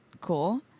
cool